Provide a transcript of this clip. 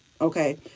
Okay